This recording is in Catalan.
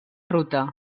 ruta